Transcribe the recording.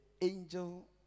angel